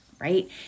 right